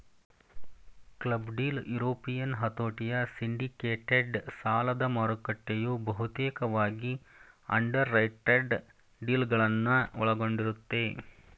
club deal European ಹತೋಟಿಯ syndicated ಸಾಲದಮಾರುಕಟ್ಟೆಯು ಬಹುತೇಕವಾಗಿ ಅಂಡರ್ರೈಟೆಡ್ ಡೀಲ್ಗಳನ್ನ ಒಳಗೊಂಡಿರುತ್ತೆ